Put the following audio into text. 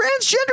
transgender